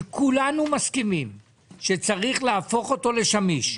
שכולנו מסכימים שצריך להפוך אותו לשמיש.